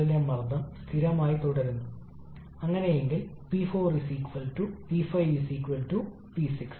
ഈ മൂന്ന് പരിഷ്ക്കരണങ്ങളുമുള്ള നമ്മളുടെ സാധാരണ ഗ്യാസ് ടർബൈൻ സൈക്കിളിന്റെ ഒരു ഡയഗ്രമാണ് ഇത്